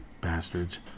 Bastards